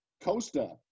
Costa